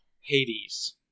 Hades